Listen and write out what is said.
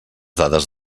dades